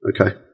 Okay